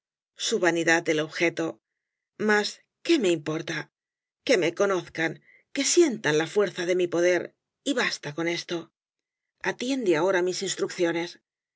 su vanidad el objeto mas qué me importa que me conozcan que sientan la fuerza de mi poder y basta con esto atiende ahora á mis instrucciones